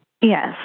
Yes